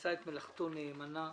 שעשה את מלאכתו נאמנה.